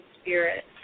spirit